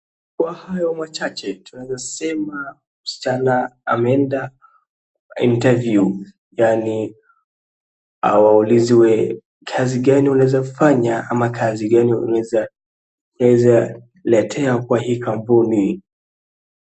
Kwa hayo machache tunaeza sema msichana ameenda interview yaani aulizwe kazi gani unaeza fanya ama kazi gani unaeza letea kwa hii kampuni.